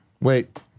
Wait